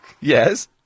Yes